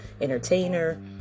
entertainer